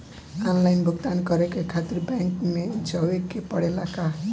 Online भुगतान करे के खातिर बैंक मे जवे के पड़ेला का?